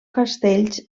castells